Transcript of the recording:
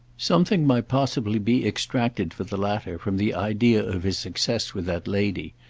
something might possibly be extracted for the latter from the idea of his success with that lady,